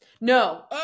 No